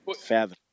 fathom